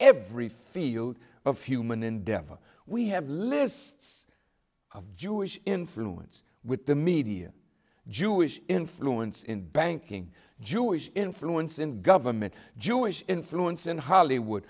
every field of human endeavor we have lists of jewish influence with the media jewish influence in banking jewish influence in government jewish influence in hollywood